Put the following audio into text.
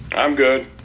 i'm good.